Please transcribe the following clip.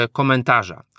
komentarza